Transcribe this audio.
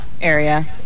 area